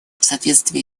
соответствии